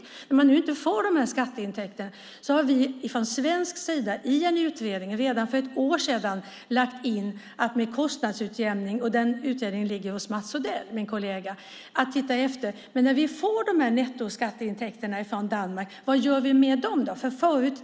Regeringen har i en utredning, som ligger hos min kollega Mats Odell, redan för ett år sedan lagt in att man ska titta på detta med kostnadsutjämning. Vad gör vi med de nettoskatteintäkter som vi får från Danmark?